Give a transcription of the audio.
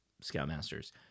Scoutmasters